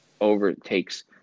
overtakes